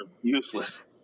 useless